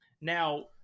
Now